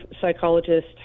psychologist